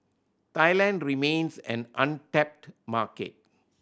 Thailand remains an untapped market